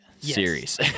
series